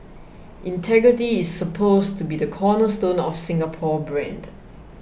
integrity is supposed to be the cornerstone of the Singapore brand